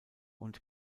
und